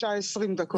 הכניסה.